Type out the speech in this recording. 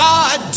God